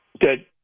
Good